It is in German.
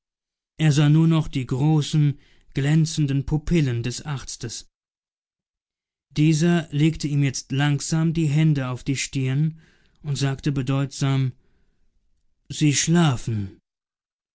er sah nur noch die großen glänzenden pupillen des arztes dieser legte ihm jetzt langsam die hände auf die stirn und sagte bedeutsam sie schlafen